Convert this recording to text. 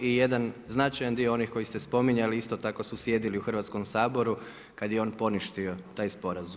I jedan značajan dio onih koje ste spominjali isto tako su sjedili u Hrvatskom saboru kad je on poništio taj sporazum.